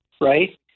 right